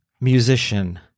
musician